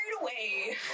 away